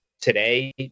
today